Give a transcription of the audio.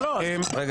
זאת